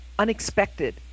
unexpected